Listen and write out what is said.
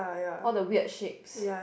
all the weird shapes